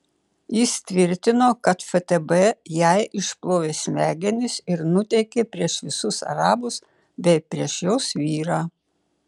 jis tvirtino kad ftb jai išplovė smegenis ir nuteikė prieš visus arabus bei prieš jos vyrą